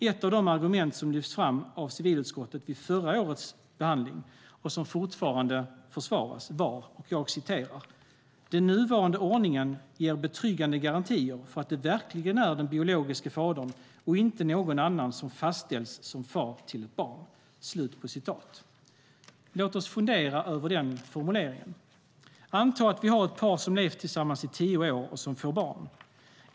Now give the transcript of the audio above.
Ett av de argument som lyftes fram av civilutskottet vid förra årets behandling, och som fortfarande försvaras, var att "den nuvarande ordningen ger betryggande garantier för att det verkligen är den biologiske fadern och inte någon annan som fastställs som far till ett barn". Låt oss fundera över den formuleringen. Anta att vi har ett par som levt tillsammans i tio år och som får barn.